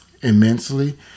immensely